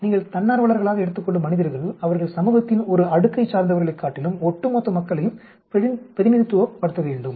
நீங்கள் தன்னார்வலர்களாக எடுத்துக் கொள்ளும் மனிதர்கள் அவர்கள் சமூகத்தின் ஒரு அடுக்கைச் சார்ந்தவர்களைக் காட்டிலும் ஒட்டுமொத்த மக்களையும் பிரதிநிதித்துவப்படுத்த வேண்டும்